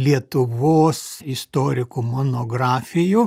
lietuvos istorikų monografijų